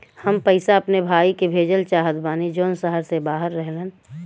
हम पैसा अपने भाई के भेजल चाहत बानी जौन शहर से बाहर रहेलन